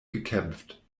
gekämpft